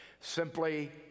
simply